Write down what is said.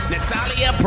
Natalia